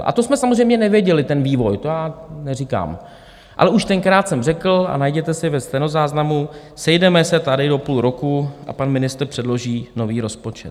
A to jsme samozřejmě nevěděli ten vývoj, to já neříkám, ale už tenkrát jsem řekl a najděte si ve stenozáznamu sejdeme se tady do půl roku a pan ministr předloží nový rozpočet.